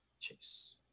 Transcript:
Chase